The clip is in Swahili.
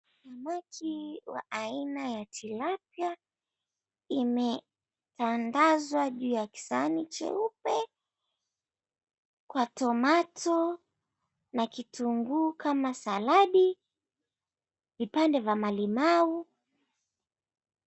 Samaki wa aina ya tilapia imetandazwa juu ya kisahani cheupe kwa tomato na kitunguu kama saladi, vipande vya malimau.